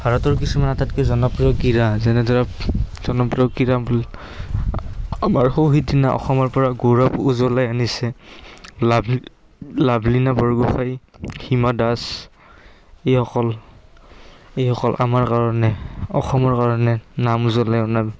ভাৰতৰ কিছুমান আটাইতকৈ জনপ্ৰিয় ক্ৰীড়া যেনেদৰে জনপ্ৰিয় ক্ৰীড়া বুলি আমাৰ সৌ সেইদিনা অসমৰ পৰা গৌৰৱ উজ্বলাই আনিছে লাভ লাভলিনা বৰগোঁহাই হীমা দাস এইসকল এইসকল আমাৰ কাৰণে অসমৰ কাৰণে নাম উজ্বলাই অনাৰ